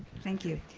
thank you.